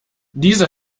diese